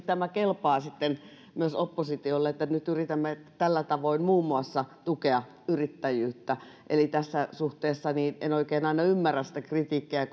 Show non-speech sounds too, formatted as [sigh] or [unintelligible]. [unintelligible] tämä kuitenkin kelpaa myös oppositiolle että nyt yritämme muun muassa tällä tavoin tukea yrittäjyyttä eli tässä suhteessa en oikein aina ymmärrä sitä kritiikkiä [unintelligible]